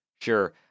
Sure